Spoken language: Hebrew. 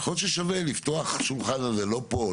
יכול להיות ששווה לפתוח שולחן על זה לא פה.